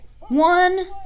One